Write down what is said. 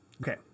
Okay